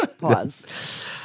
Pause